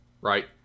Right